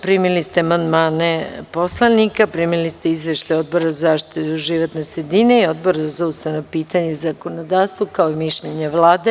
Primili ste amandmane poslanika, primili ste izveštaj Odbora za zaštitu životne sredine i Odbora za ustavna pitanja i zakonodavstvo, kao i mišljenje Vlade.